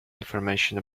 information